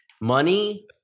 money